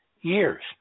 years